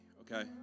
Okay